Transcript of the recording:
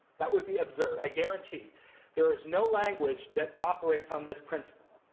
that would be absurd. i guarantee there is no language that operates on this principle.